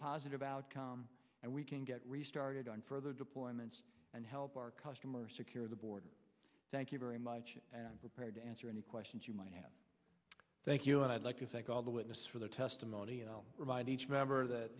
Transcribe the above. positive outcome and we can get restarted on further deployments and help our customers secure the border thank you very much prepared to answer any questions you might have thank you and i'd like to thank all the witnesses for their testimony and provide each member that